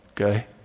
Okay